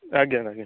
ଆଜ୍ଞା ଆଜ୍ଞା